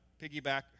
piggyback